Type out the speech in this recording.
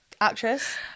actress